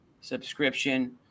subscription